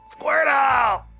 Squirtle